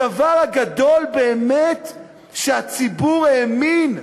בדבר הגדול באמת שהציבור האמין,